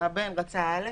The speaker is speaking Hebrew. הבן רצה א',